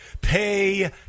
pay